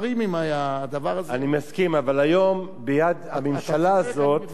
אבל היום ביד הממשלה הזאת לעשות את המגבלות.